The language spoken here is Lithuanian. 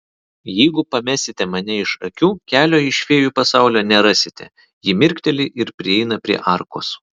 jeigu pamesite mane iš akių kelio iš fėjų pasaulio nerasite ji mirkteli ir prieina prie arkos